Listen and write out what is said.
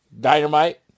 Dynamite